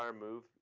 move